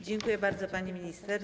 Dziękuję bardzo, pani minister.